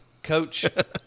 Coach